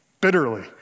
bitterly